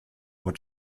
what